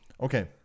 Okay